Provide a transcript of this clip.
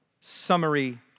summary